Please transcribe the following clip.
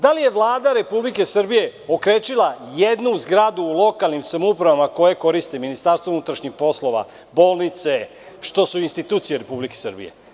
Da li je Vlada Republike Srbije okrečila ijednu zgradu u lokalnim samoupravama koje koristi MUP, bolnice, a to su institucije Republike Srbije?